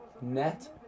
Net